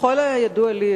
ככל הידוע לי,